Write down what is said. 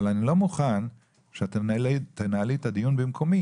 אבל אני לא מוכן שאת תנהלי את הדיון במקומי